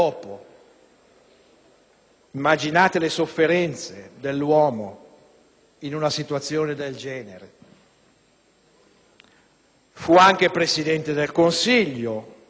immaginate le sofferenze dell'uomo, in una situazione del genere. Fu anche Presidente del Consiglio